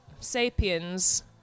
sapiens